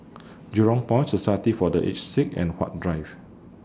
Jurong Point Society For The Aged Sick and Huat Drive